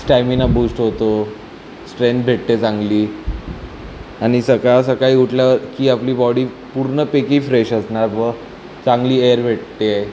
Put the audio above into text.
stamina boost होतो strength भेटते चांगली आणि सकाळ सकाळी उठला की आपली बॉडी पूर्णपैकी फ्रेश असणार व चांगली एर भेटते